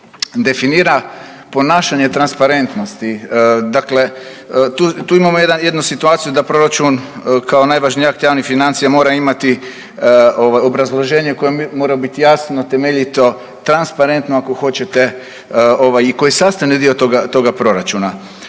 definira ponašanje transparentnosti. Dakle, tu imamo jednu situaciju da proračun kao najvažniji akt javnih financija mora imati obrazloženje koje mora biti jasno, temeljito, transparentno ako hoćete i koji je sastavni dio toga proračuna.